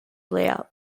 layout